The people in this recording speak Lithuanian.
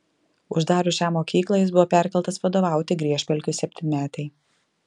uždarius šią mokyklą jis buvo perkeltas vadovauti griežpelkių septynmetei